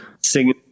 singing